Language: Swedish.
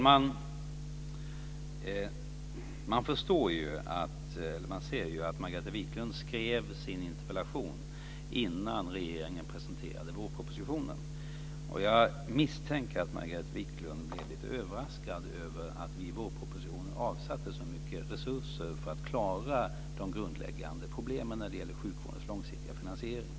Herr talman! Man ser att Margareta Viklund skrev sin interpellation innan regeringen presenterade vårpropositionen. Jag misstänker att Margareta Viklund blev lite överraskad över att vi i vårpropositionen avsatte så mycket resurser för att klara de grundläggande problemen när det gäller sjukvårdens långsiktiga finansiering.